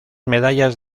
medallas